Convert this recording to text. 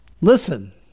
Listen